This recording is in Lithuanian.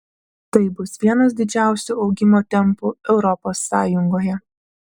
tai bus vienas didžiausių augimo tempų europos sąjungoje